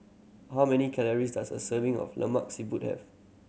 how many calories does a serving of Lemak Siput have